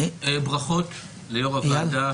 ברכות ליושב-ראש הוועדה,